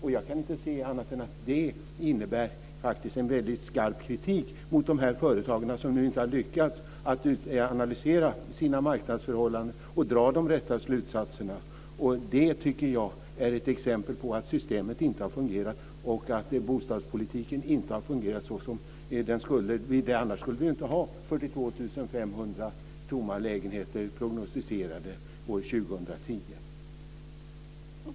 Jag kan inte se annat än att det innebär en väldigt skrap kritik mot de företag som inte har lyckats att analysera sina marknadsförhållanden och dra de rätta slutsatserna. Det tycker jag är ett exempel på att systemet inte har fungerat och att bostadspolitiken inte har fungerat så som den skulle. Annars skulle det ju inte finnas 42 500 tomma lägenheter prognostiserade för år 2010. Fru talman!